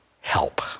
help